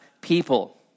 people